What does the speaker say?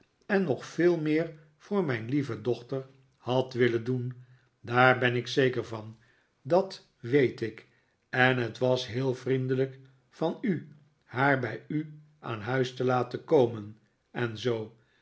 en nog veel meer voor mijn lieve dochter hadt willen doen daar ben ik zeker van dat weet ik en het was heel vriendelijk van u haar bij u aan huis te laten komen en zoo